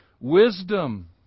wisdom